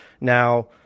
Now